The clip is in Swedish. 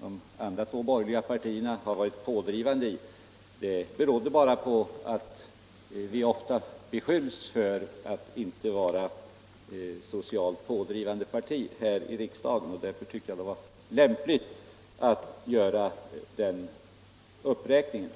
de andra två borgerliga partierna har varit pådrivande berodde bara på att vi ofta beskylls för att inte vara ett socialt pådrivande parti här i riksdagen. Därför tyckte jag det var lämpligt att göra den uppräkningen.